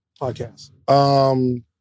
Podcast